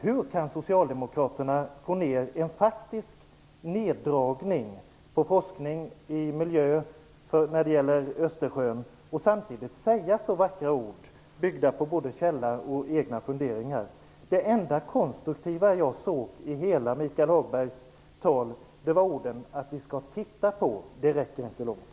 Hur kan Socialdemokraterna göra en faktisk neddragning av resurserna för forskning och miljö när det gäller Östersjön och samtidigt säga så vackra ord, byggda på både Källa och egna funderingar? Det enda konstruktiva i hela Michael Hagbergs tal var orden "vi skall titta på". Det räcker inte långt.